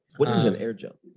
what is an air jump?